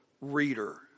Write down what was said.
reader